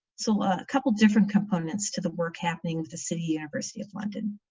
so a couple different components to the work happening the city university of london.